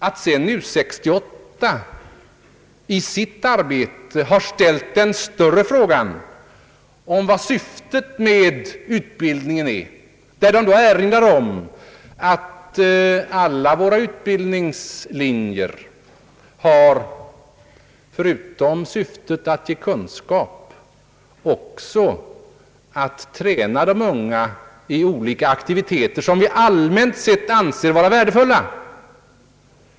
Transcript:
U 68 har i sitt arbete ställt den större frågan om ändamålet med utbildningen. Man erinrar där om att vårt skolväsende, förutom syftet att ge kunskap, också vill träna de unga i olika aktiviteter som vi allmänt sett anser vara värdefulla.